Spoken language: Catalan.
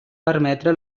permetre